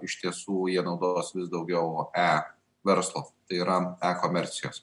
iš tiesų jie naudos vis daugiau e verslo tai yra e komercijos